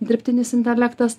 dirbtinis intelektas